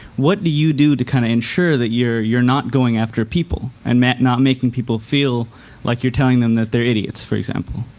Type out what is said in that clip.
what do you do to kind of ensure that you're you're not going after people and not making people feel like you're telling them that they're idiots for example?